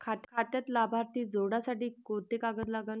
खात्यात लाभार्थी जोडासाठी कोंते कागद लागन?